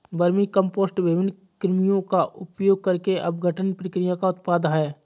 vermicompost विभिन्न कृमियों का उपयोग करके अपघटन प्रक्रिया का उत्पाद है